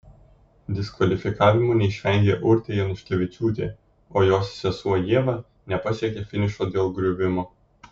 diskvalifikavimo neišvengė urtė januškevičiūtė o jos sesuo ieva nepasiekė finišo dėl griuvimo